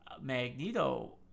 Magneto